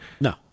No